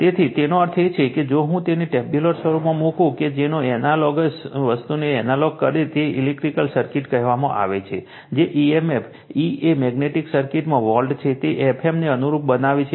તેથી તેનો અર્થ એ છે કે જો હું તેને ટેબ્યુલર સ્વરૂપમાં મૂકું કે જે એનાલોગસ વસ્તુને એનાલોગ કરે છે તો ઇલેક્ટ્રિકલ સર્કિટ કહેવામાં આવે છે કે emf E એ મેગ્નેટિક સર્કિટમાં વોલ્ટ છે તે Fm ને અનુરૂપ બનાવે છે